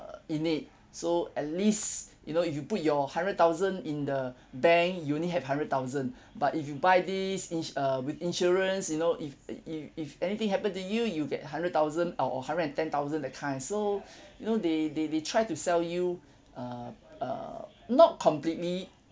in it so at least you know if you put your hundred thousand in the bank you only have hundred thousand but if you buy this ins~ uh with insurance you know if if if anything happen to you you get hundred thousand or or hundred and ten thousand that kind so you know they they they try to sell you uh uh not completely